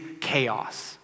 chaos